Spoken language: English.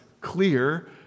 clear